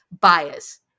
bias